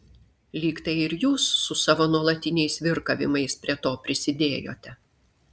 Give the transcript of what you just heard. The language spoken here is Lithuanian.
lyg tai ir jūs su savo nuolatiniais virkavimais prie to prisidėjote